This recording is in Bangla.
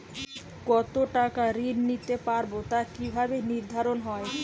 কতো টাকা ঋণ নিতে পারবো তা কি ভাবে নির্ধারণ হয়?